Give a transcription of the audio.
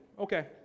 Okay